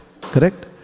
correct